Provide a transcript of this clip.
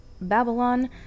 Babylon